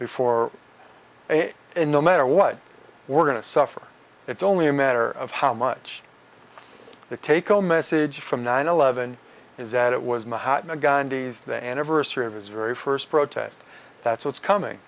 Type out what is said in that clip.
before and no matter what we're going to suffer it's only a matter of how much the take home message from nine eleven is that it was mahatma gandhi's the anniversary of his very first protest that's what's coming